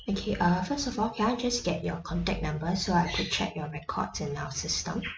okay err first of all can I just get your contact number so I could check your records in our system